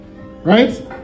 right